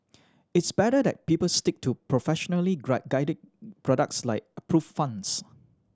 it's better that people stick to professionally guided products like approve funds